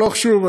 לא חשוב,